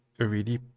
already